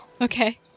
Okay